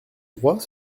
droit